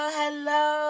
hello